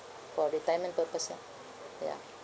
for retirement purpose lah ya